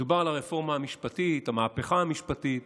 מדובר על הרפורמה המשפטית, המהפכה המשפטית,